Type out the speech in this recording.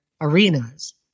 arenas